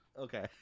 Okay